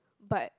but